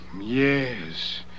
yes